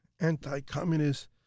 anti-communist